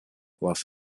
los